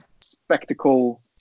spectacle